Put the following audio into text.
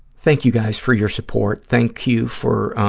thank you, guys, for your support. thank you for,